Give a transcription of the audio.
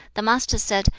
the master said,